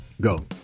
Go